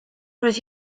roedd